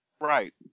Right